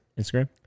Instagram